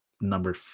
number